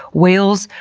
whales?